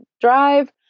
drive